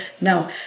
No